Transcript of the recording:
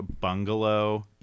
bungalow